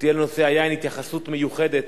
שתהיה לנושא היין התייחסות מיוחדת